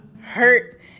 hurt